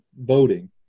voting